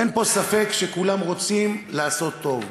אין ספק שכולם פה רוצים לעשות טוב.